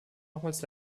nochmals